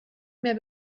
mehr